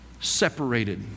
separated